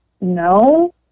no